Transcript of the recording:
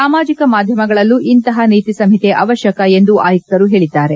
ಸಾಮಾಜಕ ಮಾಧ್ಯಮಗಳಲ್ಲೂ ಇಂತಹ ನೀತಿಸಂಹಿತೆ ಅವಶ್ವಕ ಎಂದು ಆಯುಕ್ತರು ಹೇಳಿದ್ದಾರೆ